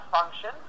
function